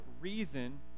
reason